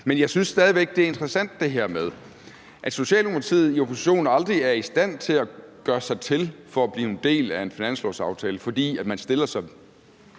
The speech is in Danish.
Men jeg synes stadig væk, det er interessant, at Socialdemokratiet i opposition aldrig er i stand til at gøre sig til for at blive en del af en finanslovsaftale, fordi man stiller så